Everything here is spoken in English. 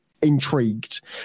intrigued